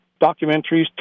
documentaries